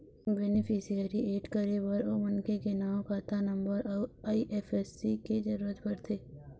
beneficiary add करे बर ओ मनखे के नांव, खाता नंबर अउ आई.एफ.एस.सी के जरूरत परथे